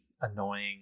annoying